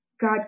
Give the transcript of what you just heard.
God